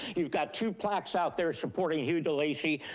you've got two plaques out there supporting hugh delacey.